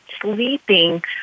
sleeping